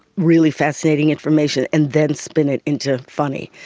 really fascinating information and then spin it into funny.